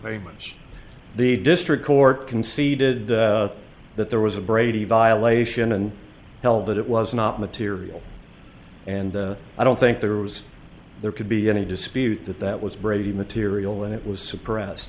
very much the district court conceded that there was a brady violation and tell that it was not material and i don't think there was there could be any dispute that that was brady material and it was suppressed